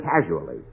casually